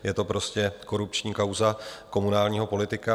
Je to prostě korupční kauza komunálního politika.